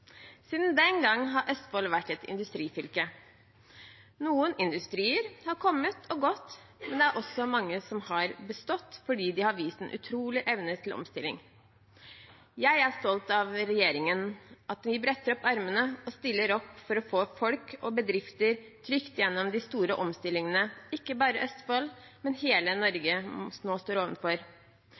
Siden den gang har Østfold vært et industrifylke. Noen industrier har kommet og gått, men det er også mange som har bestått, fordi de har vist en utrolig evne til omstilling. Jeg er stolt av at regjeringen bretter opp ermene og stiller opp for å få folk og bedrifter trygt gjennom de store omstillingene som ikke bare Østfold, men hele Norge nå står